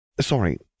Sorry